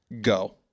Go